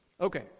okay